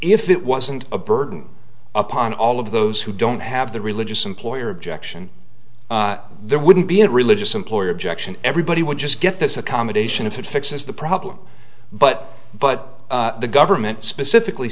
if it wasn't a burden upon all of those who don't have the religious employer objection there wouldn't be a religious employer objection everybody would just get this accommodation if it fixes the problem but but the government specifically